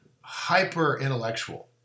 hyper-intellectual